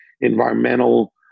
environmental